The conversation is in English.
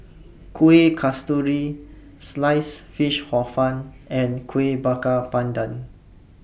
Kuih Kasturi Sliced Fish Hor Fun and Kuih Bakar Pandan